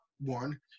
one